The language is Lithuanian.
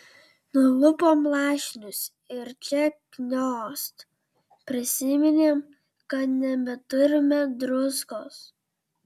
nulupom lašinius ir čia kniost prisiminėm kad nebeturime druskos